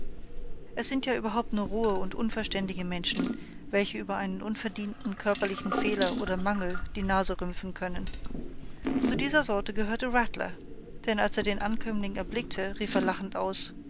es sind ja überhaupt nur rohe und unverständige menschen welche über einen unverdienten körperlichen fehler oder mangel die nase rümpfen können zu dieser sorte gehörte rattler denn als er den ankömmling erblickte rief er lachend aus